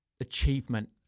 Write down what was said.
achievement